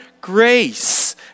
grace